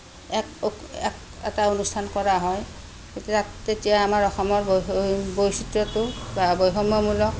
এক এটা অনুষ্ঠান কৰা হয় তেতিয়া আমাৰ অসমৰ বৈচিত্ৰটো বৈষম্যমূলক